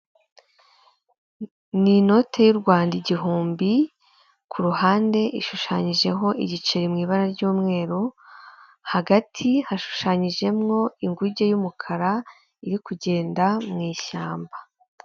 Umugabo wambaye ingofero y'ubururu amadarubindi, uri guseka wambaye umupira wumweru ndetse ufite mudasobwa mu ntoki ze. Ari ku gapapuro k'ubururu kandidikishijweho amagambo yumweru ndetse n'ayumuhondo yanditswe mu kirimi cyamahanga cyicyongereza.